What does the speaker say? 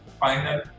Final